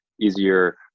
easier